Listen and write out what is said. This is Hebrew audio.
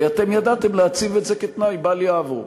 ואתם ידעתם להציב את זה כתנאי בל-יעבור.